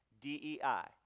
D-E-I